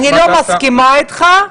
מתחילה קודם כל בהכרת הבעיה,